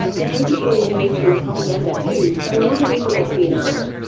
the british were engaged in propaganda too, though not illegal espionage.